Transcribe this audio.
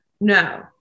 No